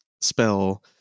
spell